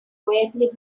greatly